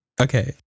Okay